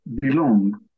belong